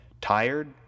Tired